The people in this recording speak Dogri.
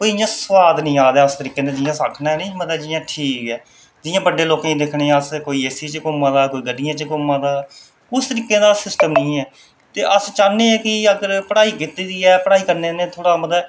कोई इ'यां सोआद निं आ दा ऐ उस तरीके नै जि'यां अस आखने आं निं जि'यां मतलब ठीक ऐ जि'यां बड्डे लोकें ई दिक्खने आं अस कोई एसी च घूमा दा कोई गड्डियें च घूमा दा उस तरीके दा सिस्टम निं ऐ ते अस चाह्नें आं की अगर पढ़ाई कीती दी ऐ पढ़ाई करने नै मतलब थोह्ड़ा